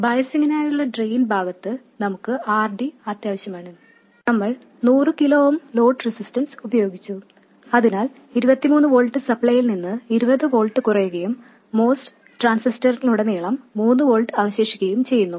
ബയസിങിനായുള്ള drain ഭാഗത്ത് നമുക്ക് RD ആവശ്യമാണ് നമ്മൾ 100 കിലോ ഓം ലോഡ് റെസിസ്റ്റൻസ് ഉപയോഗിച്ചു അതിനാൽ 23 വോൾട്ട് സപ്ലയിൽ നിന്ന് 20 വോൾട്ട് കുറയ്ക്കുകയും MOS ട്രാൻസിസ്റ്ററിലുടനീളം 3 വോൾട്ട് അവശേഷിക്കുകയും ചെയ്യുന്നു